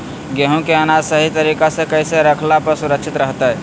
गेहूं के अनाज सही तरीका से कैसे रखला पर सुरक्षित रहतय?